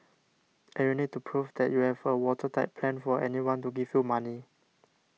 and you need to prove that you have a watertight plan for anyone to give you money